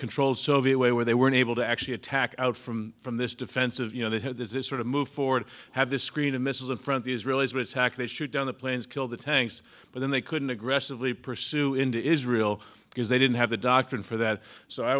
controlled soviet way where they were able to actually attack out from from this defensive you know they had this sort of move forward have the screen the missiles in front the israelis would attack they shoot down the planes kill the tanks but then they couldn't aggressively pursue into israel because they didn't have the doctrine for that so i